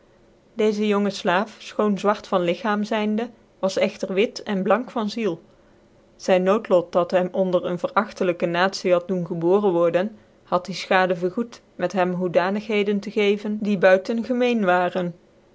dcczc jonge slaaf fchoon zwart van lichaam zyndc was echter wit en blank van ziel zyn noodlot dat hem onder ccn vcrachtclykc natie had doen gebooren worden had die fchadc vergoed met hem hoedanigheden tc geven die buiten gemeen waren